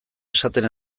esaten